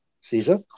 Caesar